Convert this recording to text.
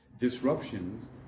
disruptions